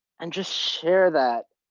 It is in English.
and just share that.